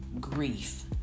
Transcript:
grief